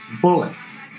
bullets